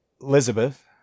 Elizabeth